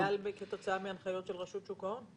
זה היה כתוצאה מההנחיות של רשות שוק ההון.